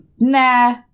nah